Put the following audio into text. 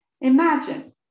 Imagine